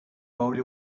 body